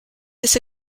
this